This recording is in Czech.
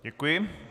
Děkuji.